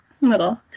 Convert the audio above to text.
little